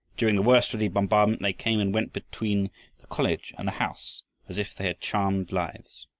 during the worst of the bombardment they came and went between the college and the house as if they had charmed lives.